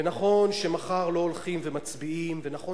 נכון שמחר לא הולכים ומצביעים ונכון